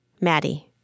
Maddie